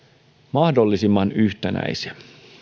mahdollisimman yhtenäisiä